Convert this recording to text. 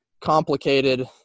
complicated